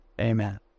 amen